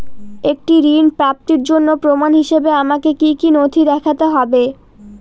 একটি ঋণ প্রাপ্তির জন্য প্রমাণ হিসাবে আমাকে কী কী নথি দেখাতে হবে?